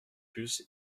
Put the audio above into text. plus